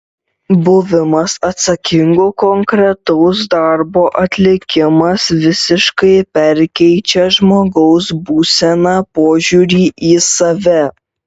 buvimas atsakingu konkretaus darbo atlikimas visiškai perkeičią žmogaus būseną požiūrį į save